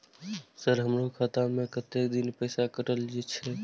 Sir हमारो खाता में कतेक दिन पैसा कटल छे?